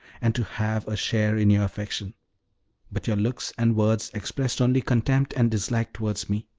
and to have a share in your affection but your looks and words expressed only contempt and dislike towards me.